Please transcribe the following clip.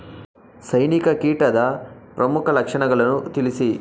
ಸೈನಿಕ ಕೀಟದ ಪ್ರಮುಖ ಲಕ್ಷಣಗಳನ್ನು ತಿಳಿಸಿ?